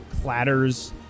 clatters